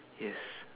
yes